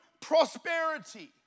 Prosperity